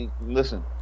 listen